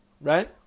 right